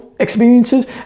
experiences